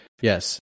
Yes